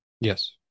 Yes